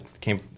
came